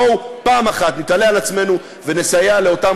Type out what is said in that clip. בואו פעם אחת נתעלה על עצמנו ונסייע לאותם